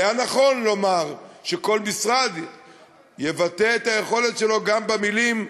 היה נכון לומר שכל משרד יבטא את היכולת שלו גם במילים,